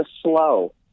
slow